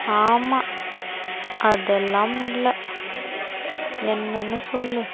ஆமாம் அதெல்லாம் இல்லை என்னனு சொல்லு